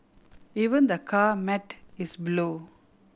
even the car mat is blue